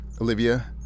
Olivia